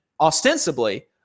ostensibly